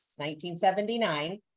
1979